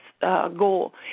goal